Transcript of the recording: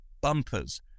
bumpers